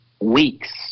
weeks